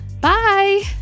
bye